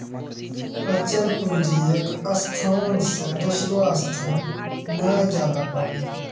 अचल पूंजी एक स्थान से दोसरो स्थान नै जाबै पारै